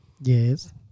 Yes